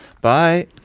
Bye